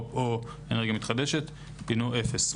ומו"פ או אנרגיה מתחדשת הינו אפס.